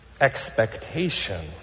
expectation